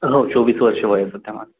हो चोवीस वर्ष वय आहे